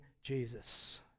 Jesus